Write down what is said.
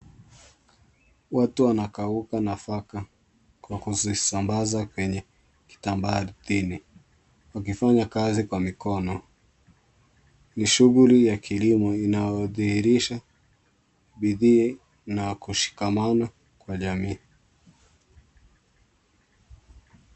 Watu wanakauka nafaka kwa kuzisambaza kwenye kitambaa chini, wakifanya kazi kwa mikono. Ni shughuli ya kilimo inayodhihirisha bidii na kushikamana kwa jamii.